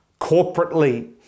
corporately